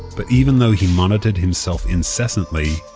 but even though he monitored himself incessantly,